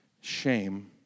Shame